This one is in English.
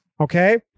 Okay